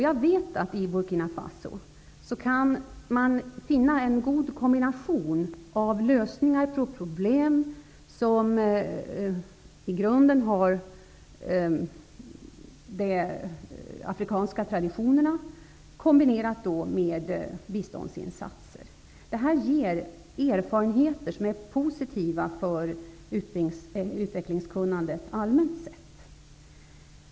Jag vet att man i Burkina Faso kan finna en god kombination av problemlösningar som i grunden består av de afrikanska traditionerna kombinerade med biståndsinsatser. Det ger erfarenheter som är positiva för utvecklingskunnandet allmänt sett.